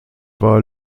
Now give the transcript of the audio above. war